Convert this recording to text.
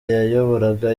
yayoboraga